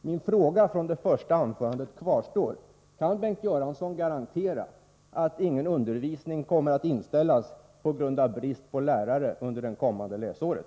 Min fråga från det första anförandet kvarstår: Kan Bengt Göransson garantera att ingen undervisning kommer att inställas på grund av brist på lärare under det kommande läsåret?